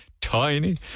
tiny